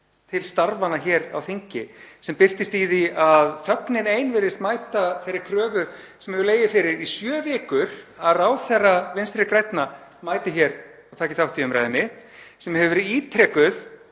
til starfanna hér á þingi, sem birtist í því að þögnin ein virðist mæta þeirri kröfu sem hefur legið fyrir í sjö vikur að ráðherra Vinstri grænna mæti hér og taki þátt í umræðunni. Sú krafa hefur verið ítrekuð